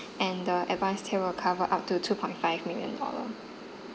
and the advanced tier will cover up to two point five million dollar